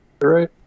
right